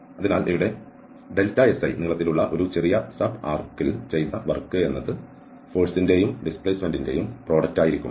അതിനാൽ ഇവിടെ si നീളത്തിലുള്ള ഒരു ചെറിയ സബ് ആർക്ക്ൽ ചെയ്ത വർക്ക് എന്നത് ഫോഴ്സിന്റെയും ഡിസ്പ്ലേസ്മെന്റിന്റെയും പ്രോഡക്റ്റ് ആയിരിക്കും